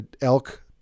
elk